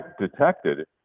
detected